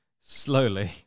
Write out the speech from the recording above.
Slowly